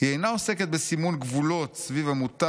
היא אינה עוסקת בסימון גבולות סביב המותר